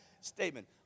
statement